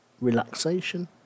relaxation